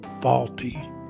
faulty